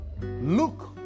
Look